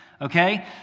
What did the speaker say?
Okay